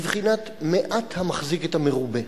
בבחינת מעט המחזיק את המרובה,